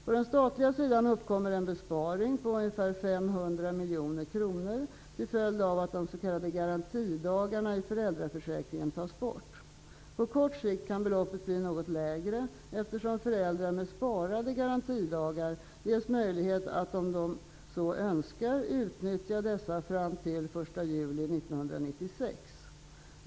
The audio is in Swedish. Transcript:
På den statliga sidan uppkommer en besparing på ungefär 500 miljoner kronor till följd av att de s.k. garantidagarna i föräldraförsäkringen tas bort. På kort sikt kan beloppet bli något lägre eftersom föräldrar med sparade garantidagar ges möjlighet att om de så önskar utnyttja dessa fram till den 1 juli 1996.